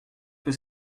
peut